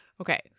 Okay